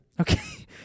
okay